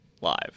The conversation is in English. live